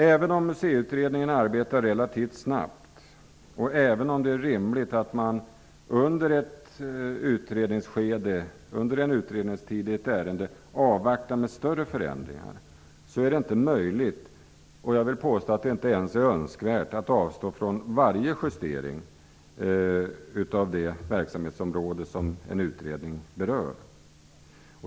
Även om Museiutredningen arbetar relativt snabbt och även om det är rimligt att man under tiden ett ärende utreds avvaktar med större förändringar, är det inte möjligt -- och jag vill påstå att det inte ens är önskvärt -- att avstå från varje justering av det verksamhetsområde som en utredning berör.